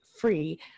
free